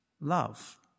love